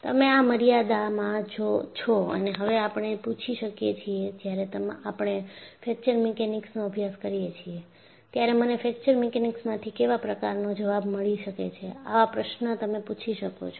તમે આ મર્યાદામાં છો અને હવે આપણે પૂછી શકીએ છીએ જ્યારે આપણે ફ્રેક્ચર મિકેનિક્સનો અભ્યાસક્રમ કરીએ છીએ ત્યારે મને ફ્રેક્ચર મિકેનિક્સમાંથી કેવા પ્રકારના જવાબો મળી શકે છે આવા પ્રશ્ન તમે પૂછી શકો છો